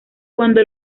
cuando